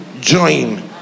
join